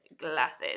glasses